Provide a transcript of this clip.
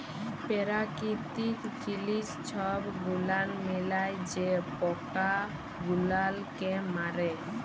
পেরাকিতিক জিলিস ছব গুলাল মিলায় যে পকা গুলালকে মারে